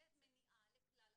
תוכנית מניעה לכלל התלמידים.